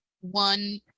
One